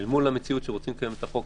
אל מול המציאות שרוצים לקיים את החוק,